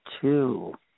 two